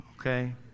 Okay